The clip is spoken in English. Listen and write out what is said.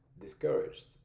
discouraged